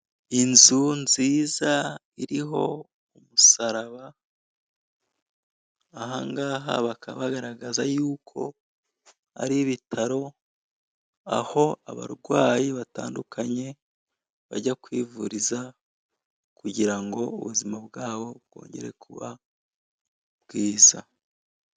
Inzu nziza iriho umusaraba aha ngaha bakaba bagaragaza yuko ari ibitaro aho abarwayi batandukanye bajya kwivuriza kugira ngo ubuzima bwabo bwongere kuba bwiza.